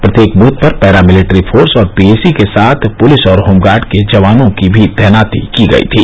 प्रत्येक बूथ पर paramilitary force और पी ए सी के साथ पुलिस और होमगार्ड के जवानों की भी तैनाती की गयी थी